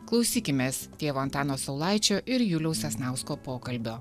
klausykimės tėvo antano saulaičio ir juliaus sasnausko pokalbio